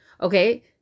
Okay